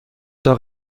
doch